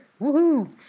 Woohoo